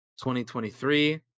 2023